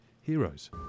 Heroes